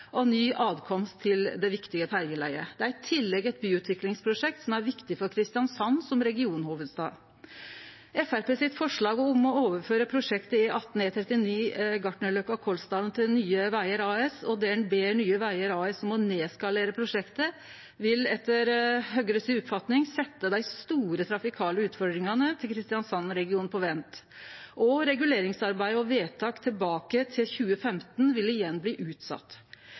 og ny tilgang til det viktige ferjeleiet. Det er i tillegg eit byutviklingsprosjekt, som er viktig for Kristiansand som regionhovudstad. Framstegspartiet sitt forslag om å overføre prosjektet E18/E39 Gartnerløkka–Kolsdalen til Nye Vegar AS og å be Nye Vegar AS om å skalere ned prosjektet vil etter Høgre si oppfatning setje dei store trafikale utfordringane til Kristiansands-regionen på vent. Reguleringsarbeid og vedtak tilbake til 2015 vil igjen bli